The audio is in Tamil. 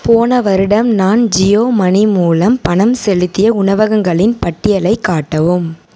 போன வருடம் நான் ஜியோ மணி மூலம் பணம் செலுத்திய உணவகங்களின் பட்டியலைக் காட்டவும்